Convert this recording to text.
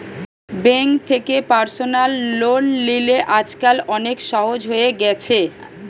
bank থেকে personal loan লিলে আজকাল অনেক সহজ হয়ে গেছে